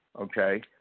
Okay